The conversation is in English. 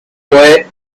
boy